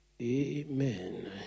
Amen